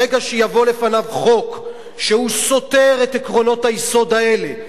ברגע שיבוא לפניו חוק שסותר את עקרונות היסוד האלה,